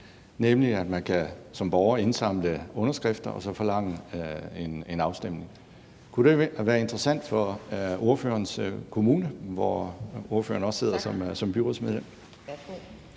nemlig at man som borger kan indsamle underskrifter og så forlange en afstemning. Kunne det være interessant for ordførerens kommune, hvor ordføreren også sidder som byrådsmedlem?